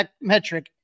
metric